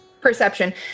Perception